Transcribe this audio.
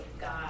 God